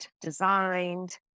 designed